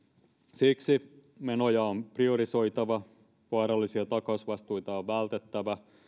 siksi menoja on priorisoitava vaarallisia takausvastuita on vältettävä